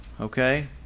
okay